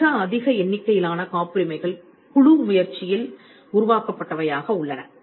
மிக அதிக எண்ணிக்கையிலான காப்புரிமைகள் குழு முயற்சியால் உருவாக்கப்பட்டவையாக உள்ளன